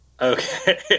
Okay